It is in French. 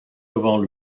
devant